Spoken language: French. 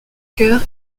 chœur